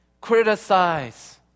criticize